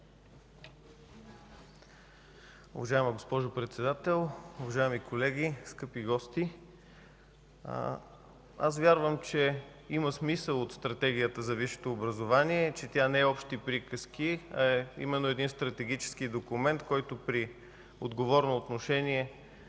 Уважаема госпожо Председател, уважаеми колеги, скъпи гости! Аз вярвам, че има смисъл от Стратегията за висшето образование. Тя не е общи приказки, а е именно един стратегически документ, който при отговорно отношение